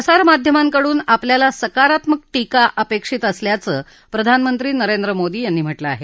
प्रसार माध्यमांकडून आपल्याला सकारात्मक टीका अपेक्षित असल्याचं प्रधानमंत्री नरेंद्र मोदी यांनी म्हटलं आहे